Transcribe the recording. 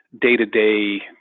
day-to-day